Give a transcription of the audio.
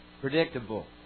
predictable